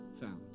found